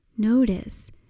Notice